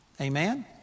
Amen